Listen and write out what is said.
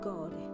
God